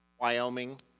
Wyoming